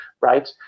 right